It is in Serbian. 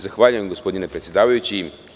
Zahvaljujem, gospodine predsedavajući.